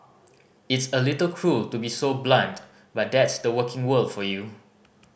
it's a little cruel to be so blunt but that's the working world for you